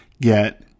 get